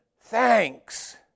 thanks